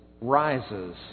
rises